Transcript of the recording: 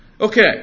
Okay